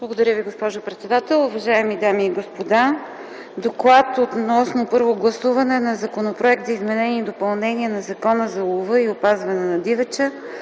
Благодаря Ви, госпожо председател. Уважаеми дами и господа, „ДОКЛАД относно първо гласуване на Законопроект за изменение и допълнение на Закона за лова и опазване на дивеча,